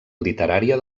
literària